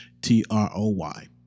T-R-O-Y